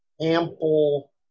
ample